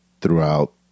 throughout